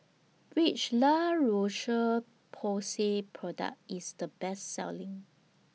Which La Roche Porsay Product IS The Best Selling